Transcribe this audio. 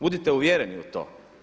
Budite uvjereni u to.